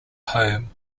home